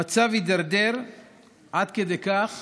המצב הידרדר עד כדי כך